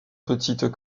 petites